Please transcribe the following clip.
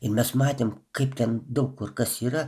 ir mes matėm kaip ten daug kur kas yra